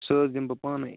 سُہ حظ دِمہٕ بہٕ پانَے